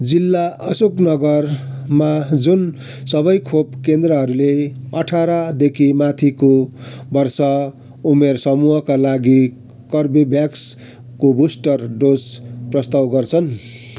जिल्ला अशोकनगरमा जुन सबै खोप केन्द्रहरूले अठारदेखि माथिको वर्ष उमेर समूहका लागि कर्बेभ्याक्सको बुस्टर डोज प्रस्ताव गर्छन्